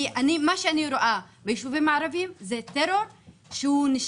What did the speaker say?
כי מה שאני רואה ביישובים הערבים זה טרור שקורה